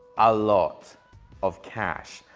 a lot of cash.